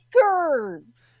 curves